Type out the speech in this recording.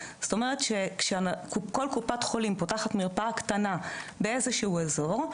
זאת אומרת שכל קופת חולים פותחת מרפאה קטנה באיזשהו אזור,